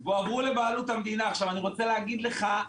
אני רוצה להגיד לך,